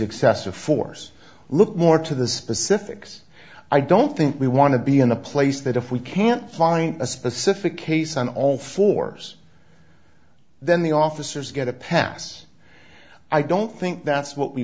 excessive force look more to the specifics i don't think we want to be in a place that if we can't find a specific case on all fours then the officers get a pass i don't think that's what we